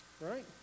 right